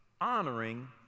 honoring